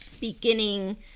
beginning